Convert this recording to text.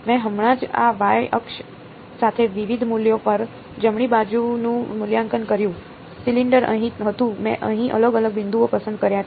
મેં હમણાં જ આ y અક્ષ સાથે વિવિધ મૂલ્યો પર જમણી બાજુનું મૂલ્યાંકન કર્યું સિલિન્ડર અહીં હતું મેં અહીં અલગ અલગ બિંદુઓ પસંદ કર્યા છે